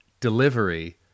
delivery